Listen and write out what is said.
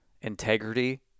integrity